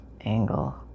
angle